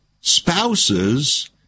spouses